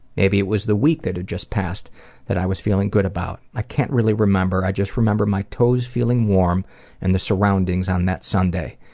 maybe it was the week that had just passed that i was feeling good about. i can't really remember. i just remember my toes feeling warm and the surroundings on that sunday.